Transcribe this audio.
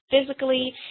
physically